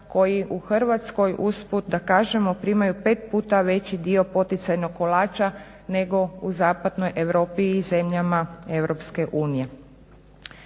koji u Hrvatskoj usput da kažemo primaju pet puta veći dio poticajnog kolača nego u Zapadnoj Europi i zemljama